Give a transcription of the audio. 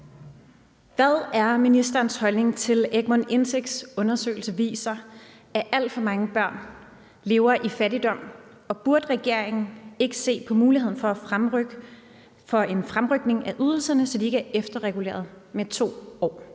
Hvad er ministerens holdning til, at Egmont Indsigts undersøgelse viser, at alt for mange børn lever i fattigdom, og burde regeringen ikke se på muligheden for en fremrykning af ydelserne, så de ikke er efterreguleret med 2 år?